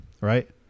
Right